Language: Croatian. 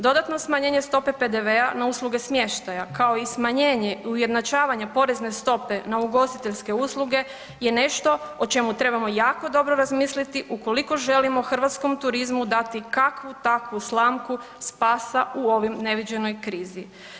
Dodatno smanjenje stope PDV-a na usluge smještaja, kao i smanjenje ujednačavanja porezne stope na ugostiteljske usluge je nešto o čemu trebamo jako dobro razmisliti ukoliko želimo hrvatskom turizmu dati kakvu takvu slamku spasa u ovim neviđenoj krizi.